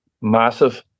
massive